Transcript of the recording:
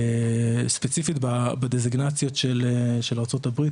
ספציפית בדזגנציות של ארה"ב,